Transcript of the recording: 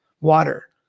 water